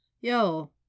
Yo